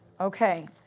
okay